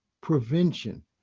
Prevention